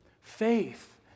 Faith